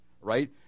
right